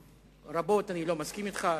רבות אני לא מסכים אתך,